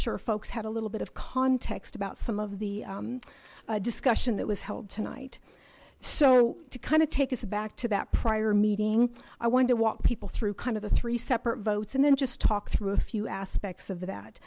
sure folks had a little bit of context about some of the discussion that was held tonight so to kind of take us back to that prior meeting i wanted to walk people through kind of the three separate votes and then just talk through a few aspects of that